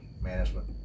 management